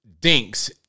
Dinks